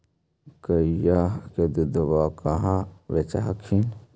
गईया के दूधबा कहा बेच हखिन?